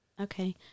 Okay